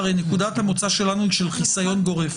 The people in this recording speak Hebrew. הרי נקודת המוצא שלנו היא של חיסיון גורף.